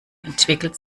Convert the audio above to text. entwickelt